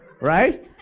right